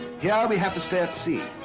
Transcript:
here, we have to stay at sea.